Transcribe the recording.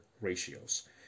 ratios